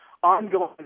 ongoing